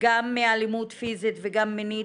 גם מאלימות פיזית וגם מינית,